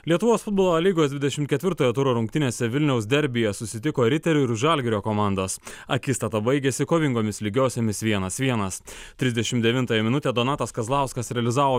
lietuvos futbolo lygos dvidešimt ketvirtojo turo rungtynėse vilniaus derbyje susitiko riterių ir žalgirio komandos akistata baigėsi kovingomis lygiosiomis vienas vienas trisdešimt devintąją minutę donatas kazlauskas realizavo